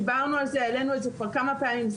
דיברנו על זה, העלינו את זה כבר כמה פעמים.